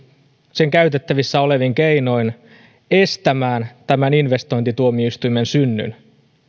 sen käytettävissä olevin keinoin estämään tämän investointituomioistuimen synnyn